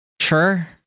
Sure